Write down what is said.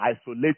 isolate